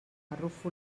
arrufo